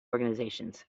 organizations